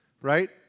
right